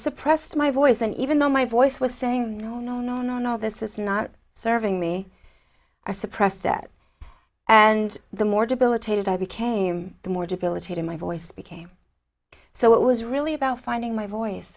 suppressed my voice and even though my voice was saying no no no no no this is not serving me i suppress that and the more debilitated i became the more debilitating my voice became so it was really about finding my voice